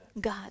god